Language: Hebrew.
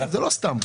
זה לא סתם,